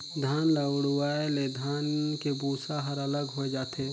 धान ल उड़वाए ले धान के भूसा ह अलग होए जाथे